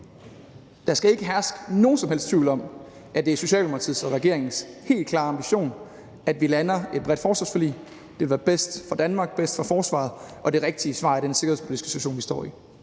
der skal ikke herske nogen som helst tvivl om, at det er Socialdemokratiets og regeringens helt klare ambition, at vi lander et bredt forsvarsforlig. Det vil være bedst for Danmark, bedst for forsvaret, og det vil være det rigtige svar i den sikkerhedspolitiske situation, vi står i.